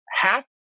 half